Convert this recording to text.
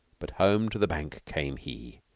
but home to the bank came he,